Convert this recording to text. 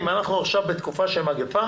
אם אנחנו עכשיו בתקופה של מגיפה